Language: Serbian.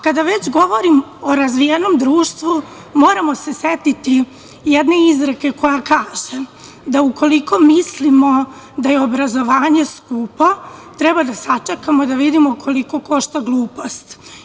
Kada već govorim o razvijenom društvu, moramo se setiti jedne izreke koja kaže da ukoliko mislimo da je obrazovanje skupo, treba da sačekamo da vidimo koliko košta glupost.